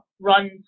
run